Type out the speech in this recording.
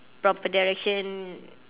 proper direction